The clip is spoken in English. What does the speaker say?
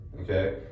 Okay